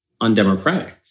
undemocratic